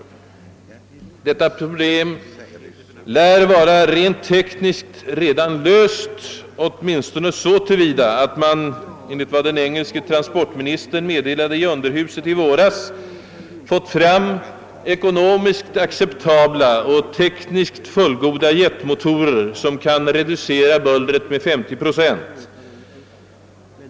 Detta problem lär redan vara löst rent tekniskt, åtminstone så till vida att man, enligt vad den engelske transportministern meddelade i underhuset i våras, fått fram ekonomiskt acceptabla och tekniskt fullgoda jetmotorer, som kan reducera bullret med cirka 50 procent.